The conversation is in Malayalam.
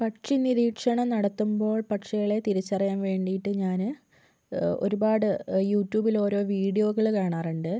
പക്ഷി നിരീക്ഷണം നടത്തുമ്പോൾ പക്ഷികളെ തിരിച്ചറിയാൻ വേണ്ടിയിട്ട് ഞാൻ ഒരുപാട് യുട്യൂബിലോരോ വീഡിയോകൾ കാണാറുണ്ട്